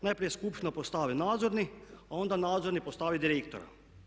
Najprije skupština postavi nadzorni, a onda nadzorni postavi direktora.